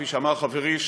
כפי שאמר חברי,